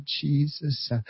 Jesus